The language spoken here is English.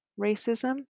racism